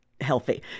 healthy